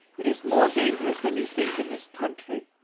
it is more dangerous than you think in this country.